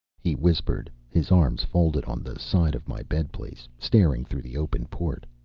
he whispered, his arms folded on the side of my bed place, staring through the open port.